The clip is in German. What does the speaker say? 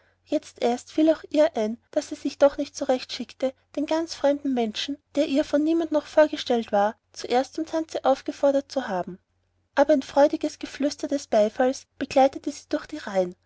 jetzt erst fiel ihr auch ein daß es sich doch nicht so recht schicke den ganz fremden menschen der ihr von niemand noch vorgestellt war zuerst zum tanze aufgefordert zu haben aber ein freudiges geflüster des beifalls begleitete sie durch die reihen